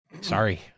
sorry